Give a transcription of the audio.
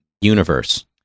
universe